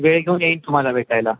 वेळ घेऊन येईन तुम्हाला भेटायला